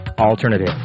alternative